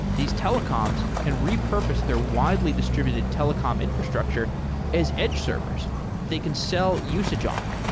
these telecoms can repurpose their widely distributed telecom infrastructure as edge servers that they can sell usage on.